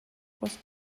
was